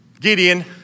Gideon